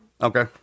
okay